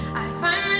i find